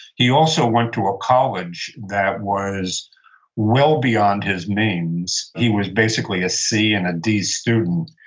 he also went to a college that was well beyond his means. he was basically, a c and a d student,